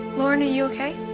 lauren, are you okay?